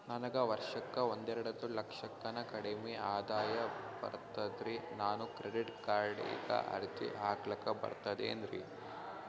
ನನಗ ವರ್ಷಕ್ಕ ಒಂದೆರಡು ಲಕ್ಷಕ್ಕನ ಕಡಿಮಿ ಆದಾಯ ಬರ್ತದ್ರಿ ನಾನು ಕ್ರೆಡಿಟ್ ಕಾರ್ಡೀಗ ಅರ್ಜಿ ಹಾಕ್ಲಕ ಬರ್ತದೇನ್ರಿ?